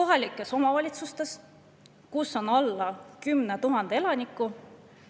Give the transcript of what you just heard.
Kohalikes omavalitsustes, kus on alla 10 000 elaniku,